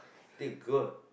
thank god